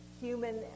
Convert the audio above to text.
human